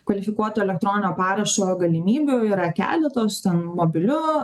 kvalifikuoto elektroninio parašo galimybių yra keletos ten mobiliu